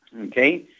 okay